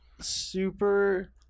super